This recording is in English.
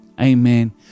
amen